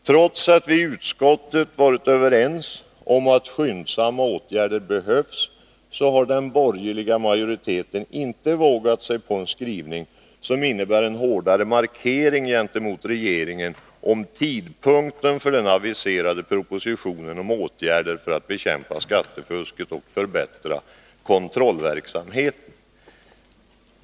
Trots att vi i utskottet har varit överens om att det är nödvändigt att skyndsamt vidta åtgärder, har den borgerliga majoriteten inte vågat sig på en skrivning, som innebär en hårdare markering gentemot regeringen beträffande tidpunkten för den aviserade propositionen om åtgärder för att bekämpa skattefusket och förbättra kontrollverksamheten.